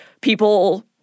people